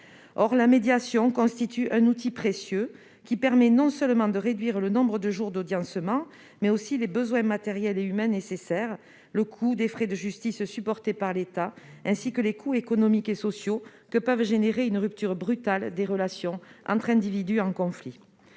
Or la médiation constitue un outil précieux qui permet non seulement de réduire le nombre de jours d'audiencement, mais aussi les besoins matériels et humains nécessaires, le coût des frais de justice supportés par l'État, ainsi que les coûts économiques et sociaux que peut entraîner une rupture brutale des relations entre individus en conflit.